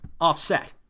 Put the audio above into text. Offset